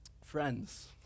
Friends